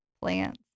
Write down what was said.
plants